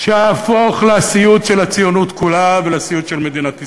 שיהפוך לסיוט של הציונות כולה ולסיוט של מדינת ישראל.